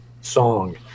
song